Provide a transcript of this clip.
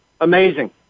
Amazing